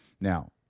Now